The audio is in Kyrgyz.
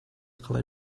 кыла